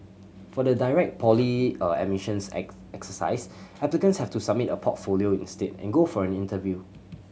for the direct admissions exercise applicants have to submit a portfolio instead and go for an interview